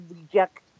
reject